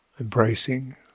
embracing